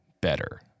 better